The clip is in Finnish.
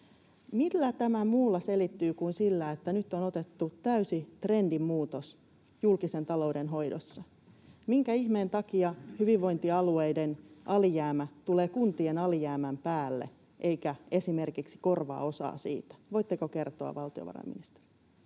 Millä tämä muulla selittyy kuin sillä, että nyt on otettu täysi trendinmuutos julkisen talouden hoidossa? Minkä ihmeen takia hyvinvointialueiden alijäämä tulee kuntien alijäämän päälle, eikä esimerkiksi korvaa osaa siitä? Voitteko kertoa, valtiovarainministeri?